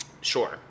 Sure